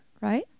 right